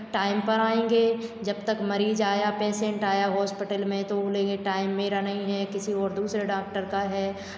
time पर आएंगे जब तक मरीज आया पेसेंट आया हॉस्पिटल में तो बोलेंगे टाइम मेरा नहीं है किसी और दूसरे डॉक्टर का है